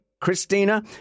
Christina